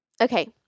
Okay